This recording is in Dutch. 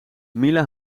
mila